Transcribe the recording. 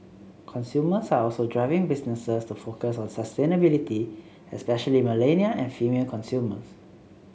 consumers are also driving businesses to focus on sustainability especially millennial and female consumers